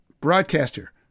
broadcaster